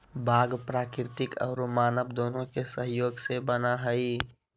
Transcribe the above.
बाग प्राकृतिक औरो मानव दोनों के सहयोग से बना हइ